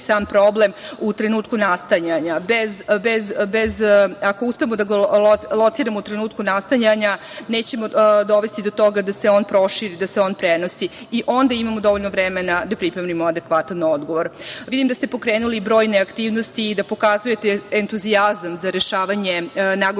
sam problem u trenutku nastajanja. Ako uspemo da ga lociramo u trenutku nastajanja nećemo dovesti do toga da se on proširi, da se on prenosi i onda imamo dovoljno vremena da pripremimo adekvatan odgovor. Vidim da ste pokrenuli brojne aktivnosti i da pokazujete entuzijazam za rešavanje nagomilanih